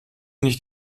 nicht